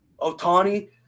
Otani